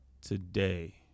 today